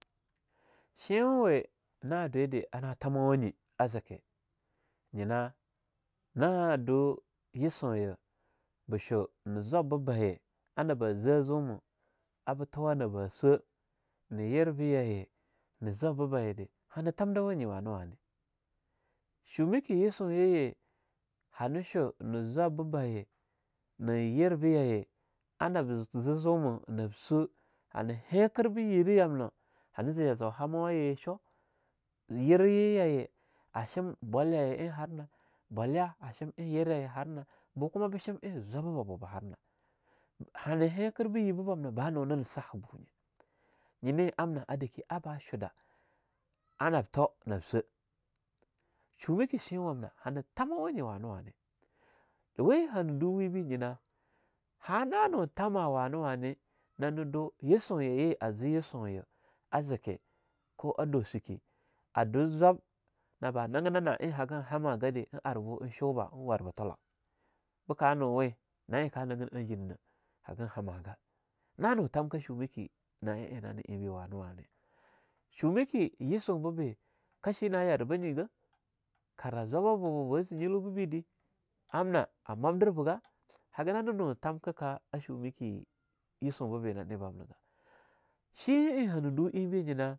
Sheinwa we na dwe de ana tamawa nyi a zeke nyinah na do yisunyah ba sho na zwab ba baye anaba zah zuma aba tuwa naba swa ne yirba yaye na zwabba baye de hana tamdawanye wane-wane. Shumiki yisunyaye hanu shu ne zwabba baye ne yirba yaye anab ze..zezuma nab swa, hana hinkir be yerah yamnah hana ze ya zau hamawa ye sho, yiryayah ye a shim bwalyaye ein har na bwalya a shim ein yirah yaye har nah, bu kuma ba shim ein zwaba babu bahar nah, hanah himkir be yibah bam nah ba nunin saha'a bu nye nyine amna adakeh aba shudah anab toh nab swa shumaki sheinwamna hana tamawa nye wane-wane. We hanah du webe nyina ha na nu tama wane-wane nane do yisunyaye aze yisunya a zike koh adosike, adu zwab naba na gina na ein hagan hama gade, ein arbu ein shubah ein warbo tula, be ka nuwe? Na e ka nagain ah jinanah, hagan hamaga. Nanu tamka shumaki na enani einbeh wane-wane. Shumaki yisu babi kah shina yarabga nyigah kara zwaba ba bu baze nyilwa bibidah amna a mwamdir begah. Hagah nananu tamkaka a shumeki yisubabi nani bamnagah shi'a ein hana du einbi nyina...